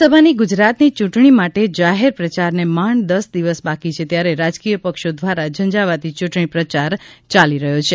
લોકસભાની ગુજરાતની ચૂંટણી માટે જાહેર પ્રચારને માંડ દસ દિવસ બાકી છે ત્યારે રાજકીયપક્ષો દ્વારા ઝંઝાવાતી ચૂંટણી પ્રચાર ચાલી રહ્યો છે